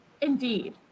Indeed